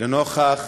לנוכח